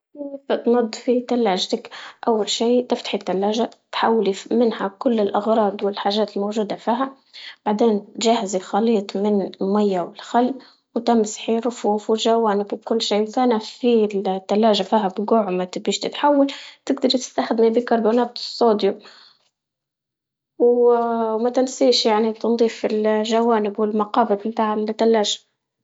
كيفلا تنضفي ثلاجتك؟ أول شي تفتحي التلاجة تحولي منها كل الأغراض والحاجات الموجودة فيها، بعدين جهزي خليط من مية والخل وتمسحي الرفوف والجوانب وكل شي كان في التلاجة فيها بقع ما تبيش تتحول، تقدري تستخدمي بيكربونات الصوديوم وما تنسيش يعني تنضيف الجوانب والمقابض متاع التلاجة.